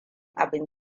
abun